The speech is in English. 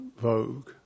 vogue